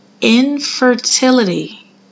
infertility